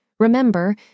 Remember